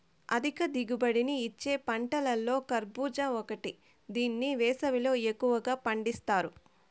అధిక దిగుబడిని ఇచ్చే పంటలలో కర్భూజ ఒకటి దీన్ని వేసవిలో ఎక్కువగా పండిత్తారు